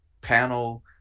panel